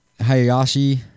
Hayashi